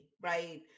right